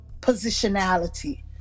positionality